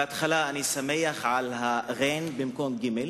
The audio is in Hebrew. בראשית, אני שמח על הע'ין במקום הגימ"ל,